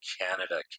Canada